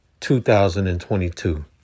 2022